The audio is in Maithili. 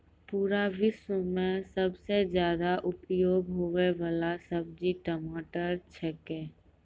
पूरा विश्व मॅ सबसॅ ज्यादा उपयोग होयवाला सब्जी टमाटर छेकै